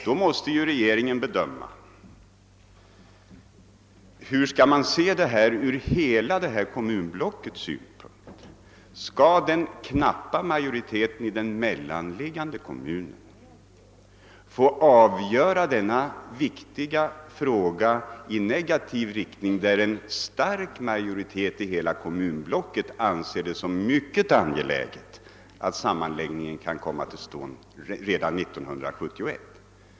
Då måste regeringen göra en bedömning: Hur skall man se på denna fråga ur hela kommunblockets synvinkel? Skall den knappa majoriteten i en mellanliggande kommun få avgöra denna viktiga fråga i negativ riktning, när en stark majoritet i hela kommunblocket anser det såsom mycket angeläget att en sammanläggning kan komma till stånd redan 1971?